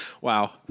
Wow